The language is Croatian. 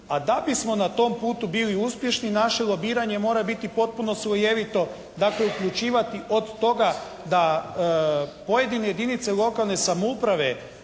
A da bismo na tom putu bili uspješni, naše lobiranje mora biti potpuno slojevito dakle, uključivati od toga da pojedine jedinice lokalne samouprave,